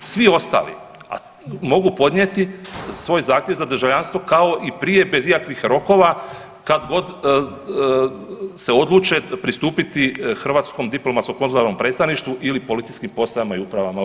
Svi ostali mogu podnijeti svoj zahtjev za državljanstvo kao i prije bez ikakvih rokova kad god se odluče pristupiti hrvatskom diplomatskom konzularnom predstavništvu ili policijskim postajama i upravama u RH.